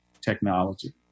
technology